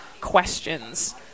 questions